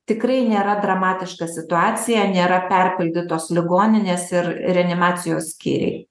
tikrai nėra dramatiška situacija nėra perpildytos ligoninės ir reanimacijos skyriai